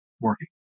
working